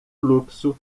fluxo